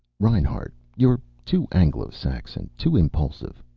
reinhart, you're too anglo-saxon, too impulsive.